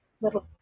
little